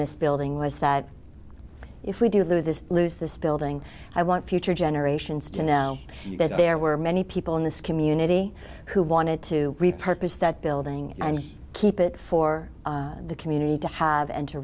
this building was that if we do this lose this building i want future generations to know that there were many people in this community who wanted to repurpose that building and keep it for the community to have